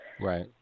Right